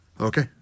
Okay